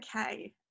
Okay